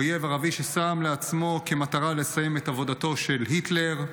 אויב ערבי ששם לעצמו מטרה לסיים את עבודתו של היטלר,